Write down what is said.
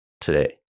today